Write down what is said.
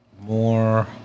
more